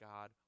God